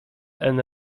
and